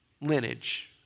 lineage